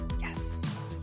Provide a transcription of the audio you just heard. Yes